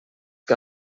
que